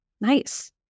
Nice